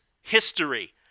history